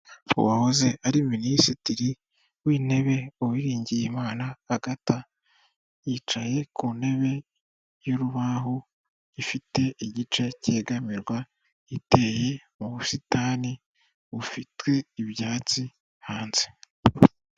Uwahoze ari minisitiri w'intebe Uwiriningiyimana Agatathe, yicaye ku ntebe y'urubaho ifite igice cyegamirwa, iteye mu busitani bufite ibyatsi hanze.